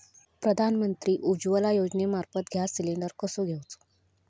प्रधानमंत्री उज्वला योजनेमार्फत gas cylinder कसो घेऊचो?